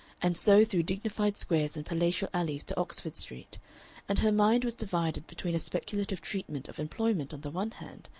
and so through dignified squares and palatial alleys to oxford street and her mind was divided between a speculative treatment of employment on the one hand,